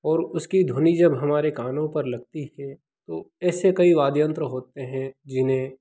और उसकी धुनी जब हमारे कानों पर लगती है तो ऐसे कई वाद्य यंत्र होते हैं जिन्हें